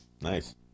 Nice